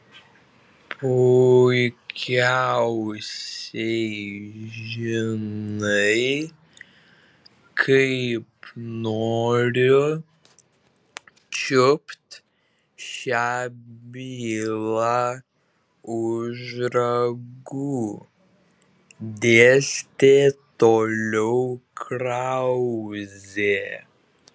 puikiausiai žinai kaip noriu čiupt šią bylą už ragų dėstė toliau krauzė